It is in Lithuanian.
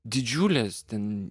didžiulės ten